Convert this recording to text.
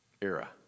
era